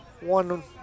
one